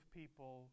people